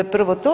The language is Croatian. Prvo to.